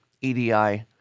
EDI